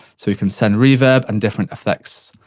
so we can send reverb, and different effects,